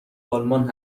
آلمان